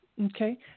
Okay